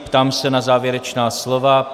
Ptám se na závěrečná slova.